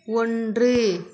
ஒன்று